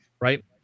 right